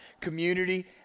community